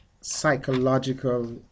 psychological